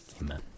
Amen